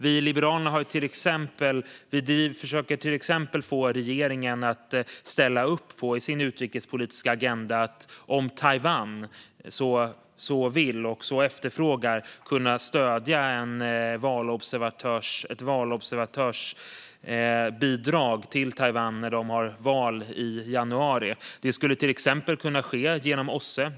Vi i Liberalerna försöker till exempel få regeringen att i sin utrikespolitiska agenda ställa upp på att, om Taiwan så vill och efterfrågar, stödja ett valobservatörsbidrag till Taiwan när de har val i januari. Det skulle till exempel kunna ske genom OSSE.